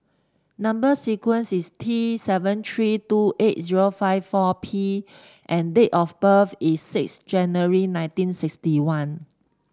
number sequence is T seven three two eight zero five four P and date of birth is six January nineteen sixty one